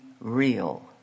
real